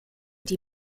die